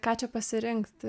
ką čia pasirinkt